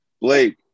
Blake